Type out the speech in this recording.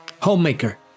homemaker